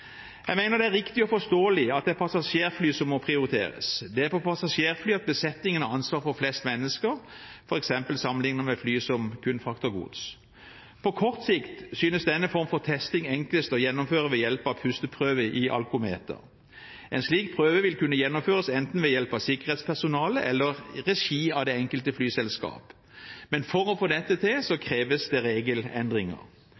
Jeg mener at det er riktig og forståelig at det er passasjerfly som må prioriteres. Det er på passasjerfly at besetningen har ansvar for flest mennesker, f.eks. sammenlignet med fly som kun frakter gods. På kort sikt synes denne form for testing enklest å gjennomføre ved hjelp av pusteprøve i alkometer. En slik prøve vil kunne gjennomføres enten ved hjelp av sikkerhetspersonell eller i regi av det enkelte flyselskap, men for å få dette til